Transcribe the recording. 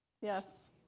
Yes